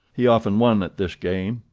he often won at this game,